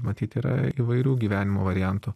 matyt yra įvairių gyvenimo variantų